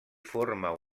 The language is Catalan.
forma